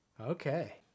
Okay